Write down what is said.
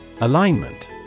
Alignment